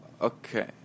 Okay